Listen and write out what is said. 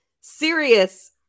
serious